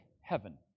heaven